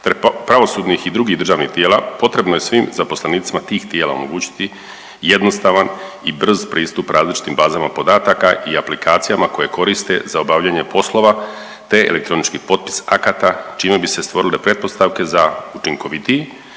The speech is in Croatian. pravosudnih i drugih državnih tijela potrebno je svim zaposlenicima tih tijela omogućiti jednostavan i brz pristup različitim bazama podataka i aplikacijama koje koriste za obavljanje poslova, te elektronički potpis akata čime bi se stvorile pretpostavke za učinkovitiji